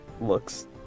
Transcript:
looks